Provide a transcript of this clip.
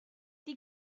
die